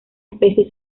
especie